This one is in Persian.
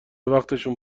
وقتشون